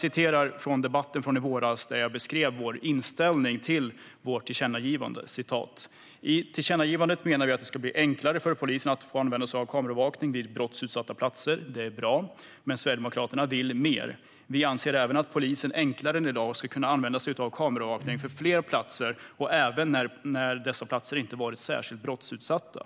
I debatten i våras beskrev jag vår inställning till vårt tillkännagivande: I tillkännagivandet menar vi att det ska bli enklare för polisen att få använda sig av kameraövervakning vid brottsutsatta platser, och det är bra. Men Sverigedemokraterna vill mer. Vi anser även att polisen enklare än i dag ska kunna använda sig av kameraövervakning för fler platser och även när dessa platser inte varit särskilt brottsutsatta.